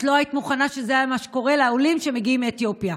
את לא היית מוכנה שזה מה שיקרה לעולים שמגיעים מאתיופיה.